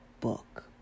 book